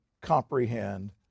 comprehend